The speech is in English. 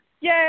Yay